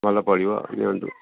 ଭଲ ପଡ଼ିବ ନିଅନ୍ତୁ